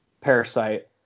Parasite